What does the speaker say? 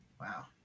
Wow